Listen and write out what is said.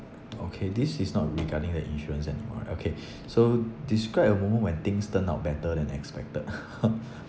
okay this is not regarding the insurance anymore right okay so describe a moment when things turn out better than expected